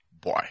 Boy